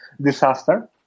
disaster